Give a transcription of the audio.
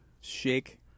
shake